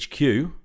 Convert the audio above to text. HQ